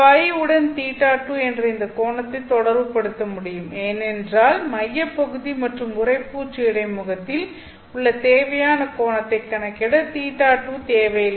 Ø உடன் θ2 என்ற இந்த கோணத்தை தொடர்புபடுத்த முடியும் ஏனென்றால் மையப்பகுதி மற்றும் உறைப்பூச்சு இடைமுகத்தில் உள்ள முக்கியமான கோணத்தை கணக்கிட θ2 தேவையில்லை